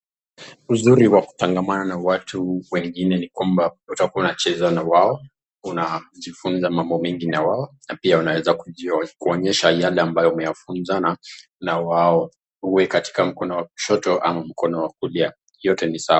Uzuri wa kutangamana na watu wengine kwamba utakuwa unacheza na wao, unajifunza mambo mingi na wao, pia unaeza onyesha yale ambaye umeyafunza na wao iwekatika mkono wa ushoto ama kulia yote ni sawa.